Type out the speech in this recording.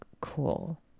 cool